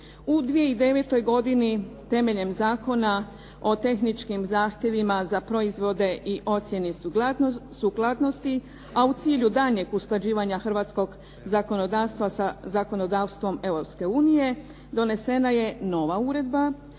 U 2009. godini temeljem Zakona o tehničkim zahtjevima za proizvode i ocjeni suglasnosti a u cilju daljnjeg usklađivanja hrvatskog zakonodavstva sa zakonodavstvom Europske unije, donesena je nova uredba